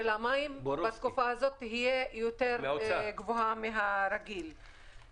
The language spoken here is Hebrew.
המים בתקופה הזאת תהיה גבוהה מהרגיל.